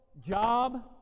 Job